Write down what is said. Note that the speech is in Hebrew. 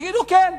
יגידו: כן,